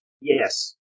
Yes